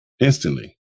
Instantly